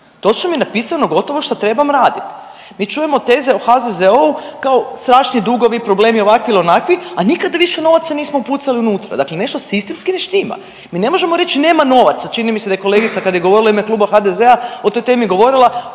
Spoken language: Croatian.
točno mi je napisano gotovo šta trebam radit. Mi čujemo teze o HZZO kao strašni dugovi, problemi ovakvi ili onakvi, a nikada više novaca nismo upucali unutra, dakle nešto sistemski ne štima. Mi ne možemo reć nema novaca, čini mi se da je kolegica kad je govorila u ime klub HDZ-a o toj temi govorila,